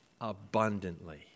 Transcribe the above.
abundantly